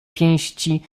pięści